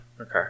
Okay